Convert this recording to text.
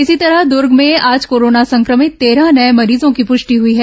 इसी तरह दर्ग में आज कोरोना संक्रमित तेरह नये मरीजों की पृष्टि हई है